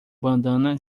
bandana